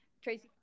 Tracy